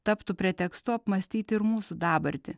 taptų pretekstu apmąstyti ir mūsų dabartį